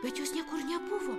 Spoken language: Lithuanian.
bet jos niekur nebuvo